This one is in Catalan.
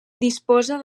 disposa